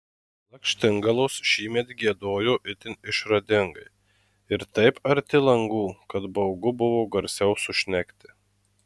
lakštingalos šįmet giedojo itin išradingai ir taip arti langų kad baugu buvo garsiau sušnekti